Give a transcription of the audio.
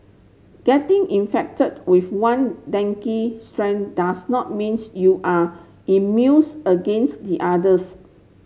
getting infected with one dengue strain does not means you are immunes against the others